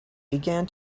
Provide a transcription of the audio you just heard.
began